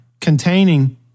Containing